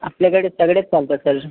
आपल्याकडे सगळेच चालतात सर